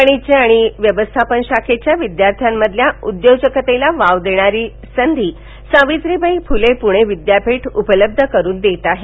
वाणिज्य आणि व्यवस्थापन शाखेच्या विद्यार्थ्यांमधील उद्योजकतेला वाव देणारी अशी संधी सावित्रीबाई फुले पुणे विद्यापीठ उपलब्ध करून देत आहे